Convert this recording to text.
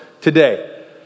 today